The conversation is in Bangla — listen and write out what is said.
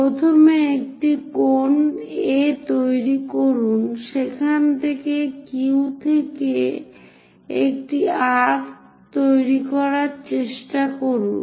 প্রথমে একটি কোণ A তৈরি করুন সেখান থেকে Q থেকে একটি আর্ক্ তৈরির চেষ্টা করুন